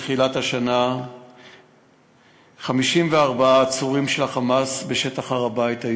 מתחילת השנה היו 54 עצורים של ה"חמאס" בשטח הר-הבית,